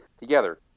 together